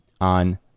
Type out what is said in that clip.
on